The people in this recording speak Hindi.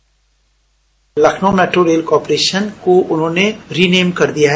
bite Lucknow metro rail corporation को उन्होंने रो नेम कर दिया है